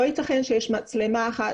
לא יתכן שיש מצלמה אחת,